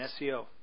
SEO